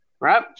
right